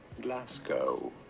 Glasgow